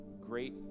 great